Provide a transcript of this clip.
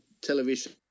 television